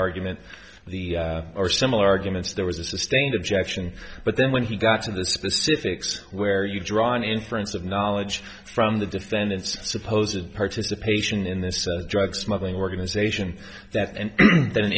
argument the or similar arguments there was a sustained objection but then when he got to the specifics where you draw an inference of knowledge from the defendant's suppose of participation in this drug smuggling organization that and th